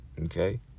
okay